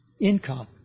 income